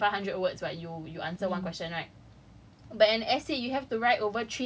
um let's say short answer question it's like less than five hundred words like you answer one question right